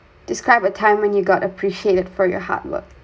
describe a time when you got appreciated for your hard work